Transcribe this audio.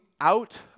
out